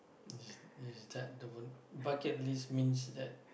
is is that the one bucket list means that